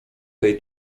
tej